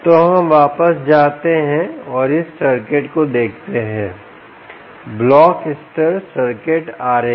तो हम वापस जाते हैं और इस सर्किट को देखते हैं ब्लॉक स्तर सर्किट आरेख